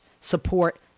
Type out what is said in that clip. support